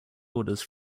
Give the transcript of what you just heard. orders